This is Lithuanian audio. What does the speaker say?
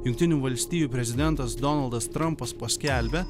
jungtinių valstijų prezidentas donaldas trampas paskelbia